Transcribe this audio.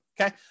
okay